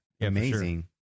amazing